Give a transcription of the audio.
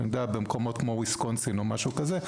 זה במקומות כמו ויסקונסין או משהו כזה.